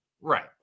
Right